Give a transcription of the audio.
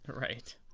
Right